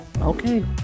Okay